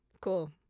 Cool